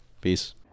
Peace